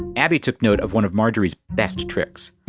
abbey took note of one of marjorie's best tricks.